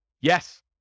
Yes